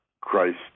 Christ